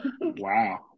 wow